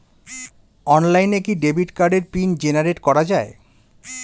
অনলাইনে কি ডেবিট কার্ডের পিন জেনারেট করা যায়?